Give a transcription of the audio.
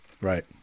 Right